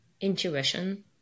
intuition